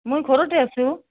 মই ঘৰতে আছোঁ